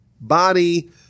body